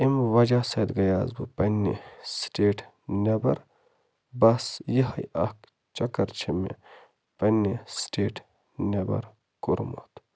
اَمہِ وَجہ سۭتۍ گٔیوس بہٕ پنٛنہِ سِٹیٹہٕ نٮ۪بر بَس یِہوٚے اَکھ چکر چھِ مےٚ پنٛنہِ سِٹیٹ نٮ۪بر کوٚرمُت